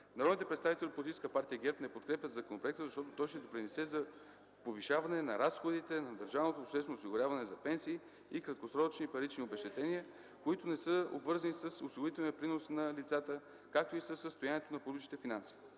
Народните представители от Политическа партия ГЕРБ не подкрепят законопроекта, защото той ще допринесе за повишаване на разходите на Държавното обществено осигуряване за пенсии и краткосрочни парични обезщетения, които не са обвързани с осигурителния принос на лицата, както и със състоянието на публичните финанси.